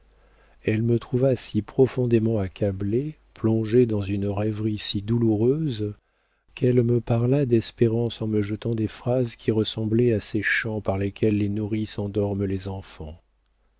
elle me trouva si profondément accablé plongé dans une rêverie si douloureuse qu'elle me parla d'espérance en me jetant des phrases qui ressemblaient à ces chants par lesquels les nourrices endorment les enfants